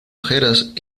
ojeras